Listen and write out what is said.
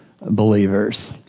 believers